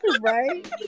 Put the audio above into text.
Right